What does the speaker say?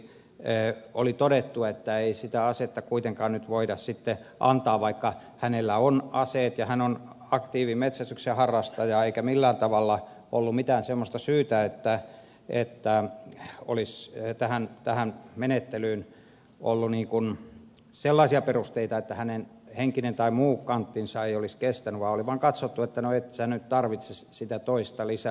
loppuviimeksi oli todettu että ei sitä asetta kuitenkaan nyt voida sitten antaa vaikka hänellä on aseet ja hän on aktiivi metsästyksen harrastaja eikä millään tavalla ollut mitään semmoista syytä että olisi tähän menettelyyn ollut sellaisia perusteita että hänen henkinen tai muu kanttinsa ei olisi kestänyt vaan oli vaan katsottu että no et sä nyt tarvitse sitä toista lisäasetta